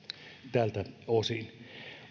tältä osin